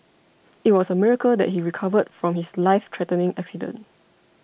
it was a miracle that he recovered from his life threatening accident